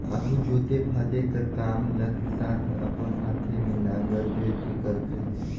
आघु जोते फादे कर काम ल किसान हर अपन हाथे मे नांगर जोएत के करत रहिस